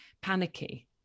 panicky